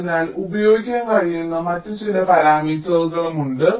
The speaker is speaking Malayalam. അതിനാൽ ഉപയോഗിക്കാൻ കഴിയുന്ന മറ്റ് ചില പാരാമീറ്ററുകളും ഉണ്ട്